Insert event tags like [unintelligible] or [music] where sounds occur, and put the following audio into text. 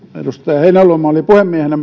edustaja heinäluoma oli puhemiehenä [unintelligible]